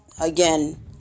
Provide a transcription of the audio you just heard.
again